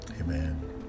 Amen